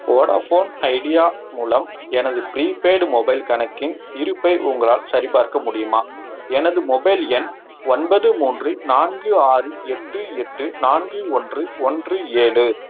Vodafone Idea மூலம் எனது prepaid mobile கணக்கின் இருப்பை உங்களால் சரிபார்க்க முடியுமா எனது மொபைல் எண் ஒன்பது மூன்று நான்கு ஆறு எட்டு எட்டு நான்கு ஒன்று ஒன்று ஏழு